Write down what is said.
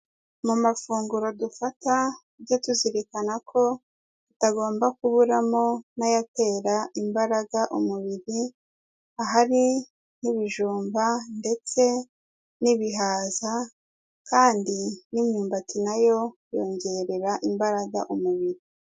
Mu mafunguro dufata tujye tuzirikana ko tutagomba kuburamo n'ayatera imbaraga umubiri, ahari nk'ibijumba ndetse n'ibihaza kandi n'imyumbati na yo yongerera imbaraga umubiri.